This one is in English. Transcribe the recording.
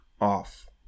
off